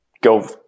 go